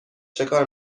چکار